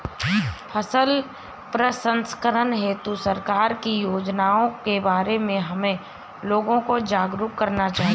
फसल प्रसंस्करण हेतु सरकार की योजनाओं के बारे में हमें लोगों को जागरूक करना चाहिए